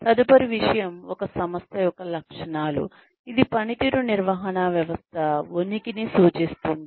తదుపరి విషయం ఒక సంస్థ యొక్క లక్షణాలు ఇది పనితీరు నిర్వహణ వ్యవస్థ ఉనికిని సూచిస్తుంది